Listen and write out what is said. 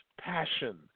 passion